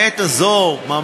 לעת הזאת,